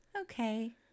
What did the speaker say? Okay